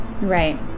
Right